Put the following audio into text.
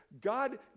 God